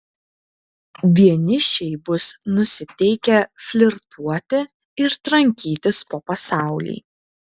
vienišiai bus nusiteikę flirtuoti ir trankytis po pasaulį